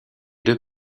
deux